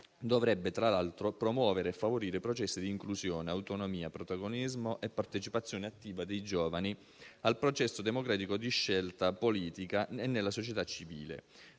dovrebbe tra l'altro promuovere e favorire i processi di inclusione, autonomia, protagonismo e partecipazione attiva dei giovani al processo democratico di scelta politica e nella società civile.